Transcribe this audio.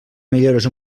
millores